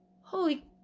holy